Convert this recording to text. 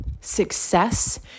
Success